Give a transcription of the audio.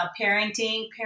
Parenting